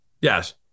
yes